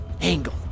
angle